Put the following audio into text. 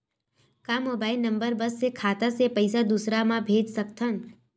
का mobile number बस से खाता से पईसा दूसरा मा भेज सकथन?